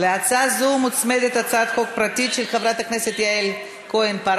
להצעה זו מוצמדת הצעת חוק פרטית של חברת הכנסת יעל כהן-פארן,